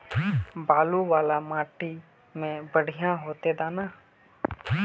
बालू वाला माटी में बढ़िया होते दाना?